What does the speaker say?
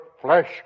flesh